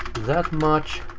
that much.